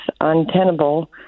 untenable